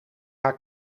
haar